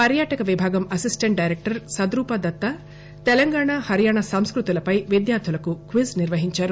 పర్యాటక విభాగం assistant director Sadrupa Datta Telangana Haryana సంస్కృతులపై విద్యార్థులకు క్విజ్ నిర్వహించారు